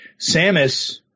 Samus